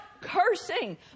cursing